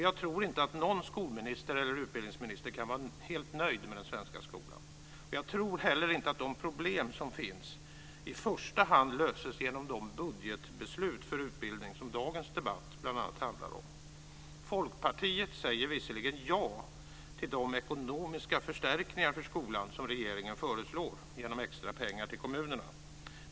Jag tror inte att någon skolminister eller utbildningsminister kan vara helt nöjd med den svenska skolan. Jag tror inte heller att de problem som finns i första hand löses genom de budgetbeslut för utbildning som dagens debatt bl.a. handlar om. Folkpartiet säger visserligen ja till de ekonomiska förstärkningar för skolan som regeringen föreslår genom extra pengar till kommunerna.